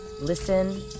listen